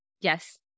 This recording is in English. Yes